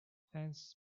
fans